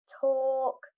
talk